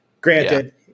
granted